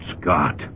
Scott